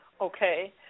okay